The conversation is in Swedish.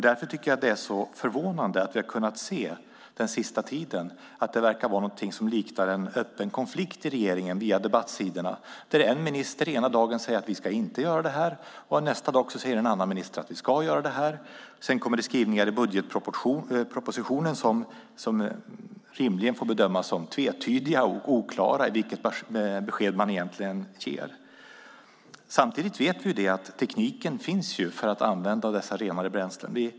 Därför är det förvånande att vi via debattsidorna den senaste tiden kunnat se att det verkar finnas något av en öppen konflikt i regeringen där en minister ena dagen säger att vi inte ska göra det och en annan minister nästa dag säger att vi ska göra det. Sedan kommer skrivningar i budgetpropositionen som rimligen får bedömas som tvetydiga och oklara beträffande vilket besked man egentligen ger. Samtidigt vet vi att tekniken för att använda de renare bränslena finns.